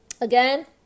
Again